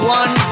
one